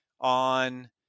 on